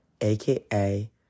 aka